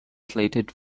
slated